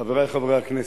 חברי חברי הכנסת,